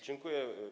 Dziękuję.